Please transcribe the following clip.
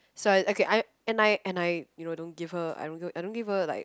sorry okay I and I and I you know don't give her I don't I don't give her like